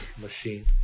machine